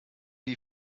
die